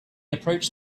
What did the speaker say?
approached